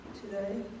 today